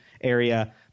area